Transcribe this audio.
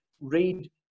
read